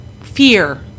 fear